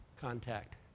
contact